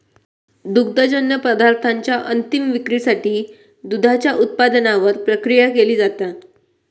दुग्धजन्य पदार्थांच्या अंतीम विक्रीसाठी दुधाच्या उत्पादनावर प्रक्रिया केली जाता